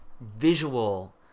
visual